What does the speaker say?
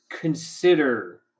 consider